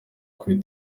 kuri